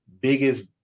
biggest